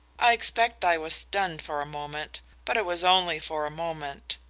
i expect i was stunned for a moment, but it was only for a moment.